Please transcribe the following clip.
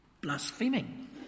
blaspheming